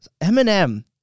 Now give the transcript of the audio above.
Eminem